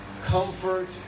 comfort